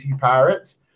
Pirates